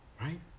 right